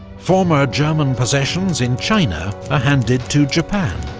former german possessions in china are handed to japan,